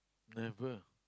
never